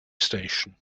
station